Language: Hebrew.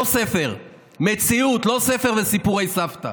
לא ספר, מציאות, לא ספר וסיפורי סבתא,